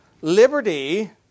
liberty